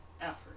effort